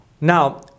Now